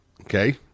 Okay